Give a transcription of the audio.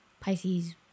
Pisces